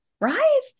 right